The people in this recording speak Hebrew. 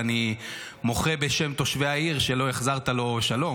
ואני מוחה בשם תושבי העיר שלא החזרת לו שלום.